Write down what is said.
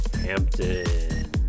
Hampton